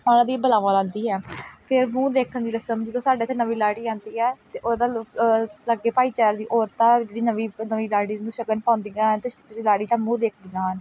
ਉਹਨਾਂ ਦੀ ਬਲਾਵਾਂ ਲਾਹੁੰਦੀ ਹੈ ਫਿਰ ਮੂੰਹ ਦੇਖਣ ਦੀ ਰਸਮ ਜਦੋਂ ਸਾਡੇ ਇੱਥੇ ਨਵੀਂ ਲਾੜੀ ਆਉਂਦੀ ਹੈ ਤਾਂ ਉਹਦਾ ਲ ਲਾਗੇ ਭਾਈਚਾਰੇ ਦੀ ਔਰਤਾਂ ਜਿਹੜੀ ਨਵੀਂ ਨਵੀਂ ਲਾੜੀ ਨੂੰ ਸ਼ਗਨ ਪਾਉਂਦੀਆਂ ਹੈ ਅਤੇ ਲਾੜੀ ਦਾ ਮੂੰਹ ਦੇਖਦੀਆਂ ਹਨ